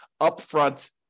upfront